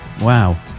Wow